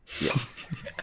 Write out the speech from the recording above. yes